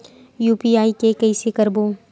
UPI के कइसे करबो?